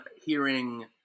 hearing